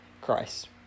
Christ